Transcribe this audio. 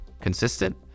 consistent